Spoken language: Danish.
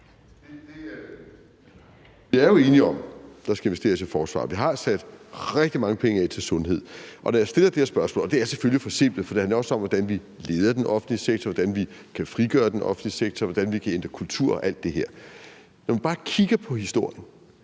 Vi er jo enige om, at der skal investeres i forsvaret, og vi har jo sat rigtig mange penge af til sundhed, og når jeg stiller det her spørgsmål, er det selvfølgelig forsimplet. For det handler også om, hvordan vi leder den offentlige sektor, hvordan vi kan frigøre den offentlige sektor, og hvordan vi kan ændre kulturen og alt det her. Men når man kigger på historien,